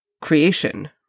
creation